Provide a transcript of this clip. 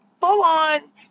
full-on